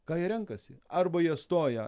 ką jie renkasi arba jie stoja